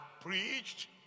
preached